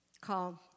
called